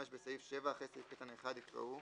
(5)בסעיף 7, אחרי סעיף קטן (1) יקראו: